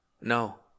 No